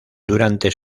durante